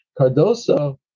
Cardoso